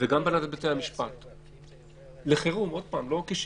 וגם בהנהלת בתי המשפט, לחירום, לא לשגרה.